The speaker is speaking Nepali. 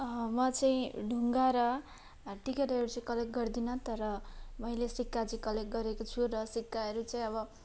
म चाहिँ ढुङ्गा र टिकटहरू चाहिँ कलेक्ट गर्दिनँ तर मैले सिक्का चाहिँ कलेक्ट गरेको छु र सिक्काहरू चाहिँ अब